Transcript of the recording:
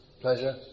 pleasure